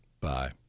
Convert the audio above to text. bye